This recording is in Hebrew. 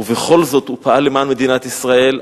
ובכל זאת הוא פעל למען מדינת ישראל.